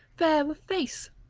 fair of face!